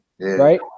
right